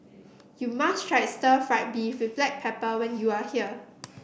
you must try Stir Fried Beef with Black Pepper when you are here